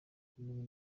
kumenya